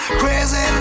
crazy